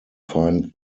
find